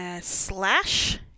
slash